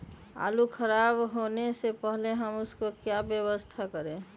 आलू खराब होने से पहले हम उसको क्या व्यवस्था करें?